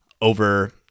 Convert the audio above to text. over